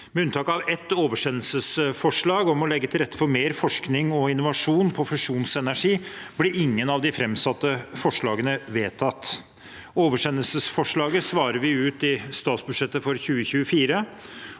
Med unntak av ett oversendelsesforslag, om å legge til rette for mer forskning og innovasjon på fusjonsenergi, ble ingen av de framsatte forslagene vedtatt. Oversendelsesforslaget svarer vi ut i statsbudsjettet for 2024,